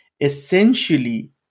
essentially